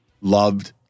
Loved